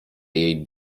jej